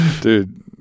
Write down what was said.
Dude